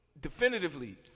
definitively